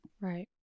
right